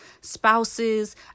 spouses